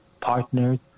partners